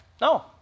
no